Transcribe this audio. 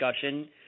discussion